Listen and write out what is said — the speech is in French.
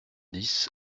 dix